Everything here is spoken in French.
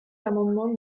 l’amendement